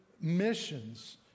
missions